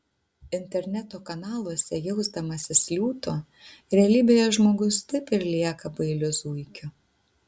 interneto kanaluose jausdamasis liūtu realybėje žmogus taip ir lieka bailiu zuikiu